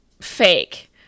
fake